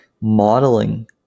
Modeling